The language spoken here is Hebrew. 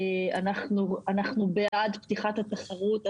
אנחנו בעד פתיחת התחרות,